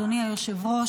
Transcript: אדוני היושב-ראש.